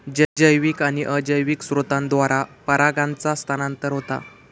जैविक आणि अजैविक स्त्रोतांद्वारा परागांचा स्थानांतरण होता